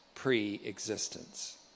pre-existence